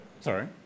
Sorry